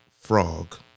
Frog